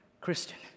Christian